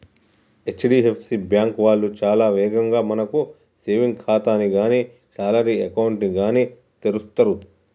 HDFC bank వాళ్ళు చాలా వేగంగా మనకు సేవింగ్స్ ఖాతాని గానీ శాలరీ అకౌంట్ ని గానీ తెరుస్తరు